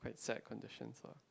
quite sad conditions lah